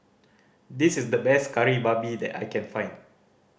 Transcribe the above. this is the best Kari Babi that I can find